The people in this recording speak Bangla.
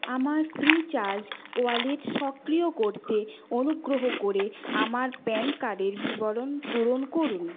আমার ফ্রিচার্জ ওয়ালেট সক্রিয় করতে অনুগ্রহ করে আমার প্যান কার্ডের বিবরণ পূরণ করুন